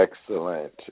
Excellent